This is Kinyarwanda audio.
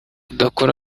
budakora